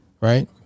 Right